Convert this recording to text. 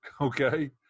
okay